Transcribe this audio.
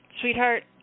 Sweetheart